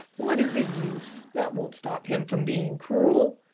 what is the use? that won't stop him from being cruel.